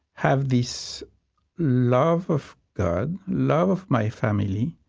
had this love of god, love of my family,